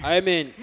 Amen